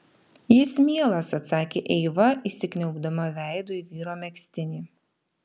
jis mielas atsakė eiva įsikniaubdama veidu į vyro megztinį